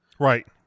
Right